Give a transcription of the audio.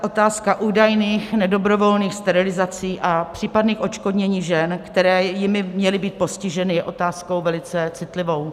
Otázka údajných nedobrovolných sterilizací a případných odškodnění žen, které jimi měly být postiženy, je otázkou velice citlivou.